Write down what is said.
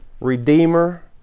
redeemer